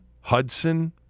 Hudson